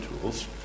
tools